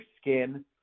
skin